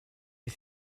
est